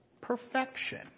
Perfection